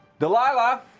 delilah?